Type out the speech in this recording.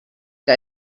que